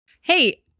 Hey